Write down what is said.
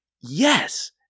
yes